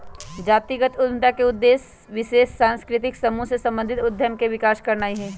जातिगत उद्यमिता का उद्देश्य विशेष सांस्कृतिक समूह से संबंधित उद्यम के विकास करनाई हई